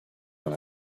dans